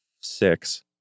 six